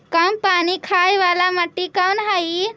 कम पानी खाय वाला मिट्टी कौन हइ?